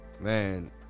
man